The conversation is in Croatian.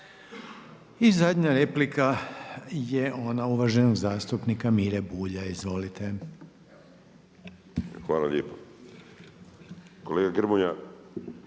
I zadnja replika je ona uvaženog zastupnika Mire Bulja. Izvolite. **Bulj, Miro